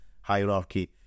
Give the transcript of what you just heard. hierarchy